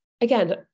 again